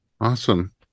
Awesome